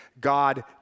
God